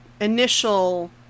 initial